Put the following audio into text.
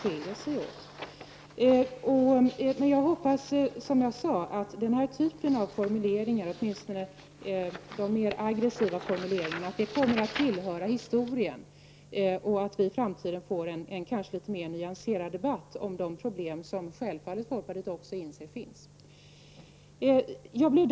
Jag hoppas, som jag tidigare har sagt, att den här typen av formuleringar — åtminstone de mer aggressiva formuleringarna — hör till historien och att vi i framtiden får en något mera nyanserad debatt om de problem som finns. Självfallet inser också vi i folkpartiet att det finns problem.